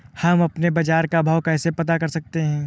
हम अपने बाजार का भाव कैसे पता कर सकते है?